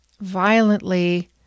violently